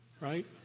right